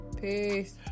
Peace